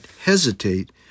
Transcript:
hesitate